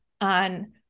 on